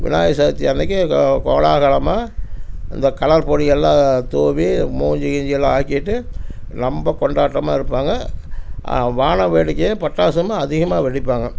விநாயகர் சதுர்த்தி அன்றைக்கி கோ கோலாகலமாக இந்த கலர் பொடிகள்லாம் தூவி மூஞ்சி கீஞ்சி எல்லாம் ஆகிட்டு ரொம்ப கொண்டாட்டமாக இருப்பாங்க வான வேடிக்கையும் பட்டாசும்தான் அதிகமாக வெடிப்பாங்க